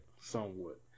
somewhat